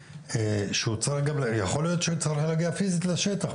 יכול להיות שהוא צריך להגיע פיזית לשטח.